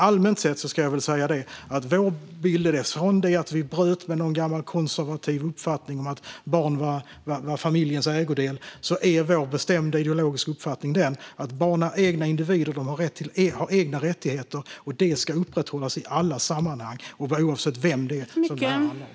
Allmänt sett ska jag säga att vår bild är att vi bröt med en gammal konservativ uppfattning om att barn är familjens ägodel. Vår bestämda ideologiska uppfattning är att barn är egna individer med egna rättigheter. Detta ska upprätthållas i alla sammanhang, oavsett vem det handlar om.